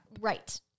Right